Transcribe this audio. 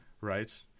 Right